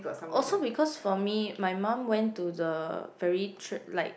also because for me my mum went to the very like